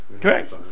Correct